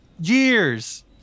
Years